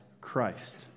Christ